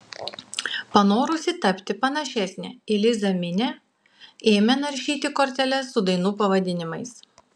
panorusi tapti panašesnė į lizą minė ėmė naršyti korteles su dainų pavadinimais